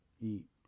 eat